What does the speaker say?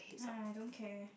!ha! I don't care